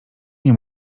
nie